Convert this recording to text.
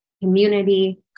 community